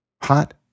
hot